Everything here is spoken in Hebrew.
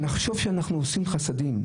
נחשוב שאנחנו עושים חסדים.